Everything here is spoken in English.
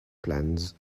plans